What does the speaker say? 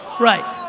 right.